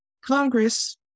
Congress